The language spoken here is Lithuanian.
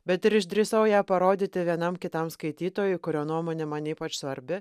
bet ir išdrįsau ją parodyti vienam kitam skaitytojui kurio nuomonė man ypač svarbi